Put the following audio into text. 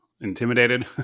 intimidated